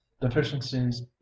Deficiencies